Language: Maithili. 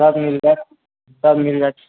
सब मिल जाइत सब मिल जाइत